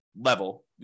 level